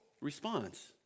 response